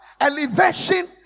elevation